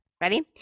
ready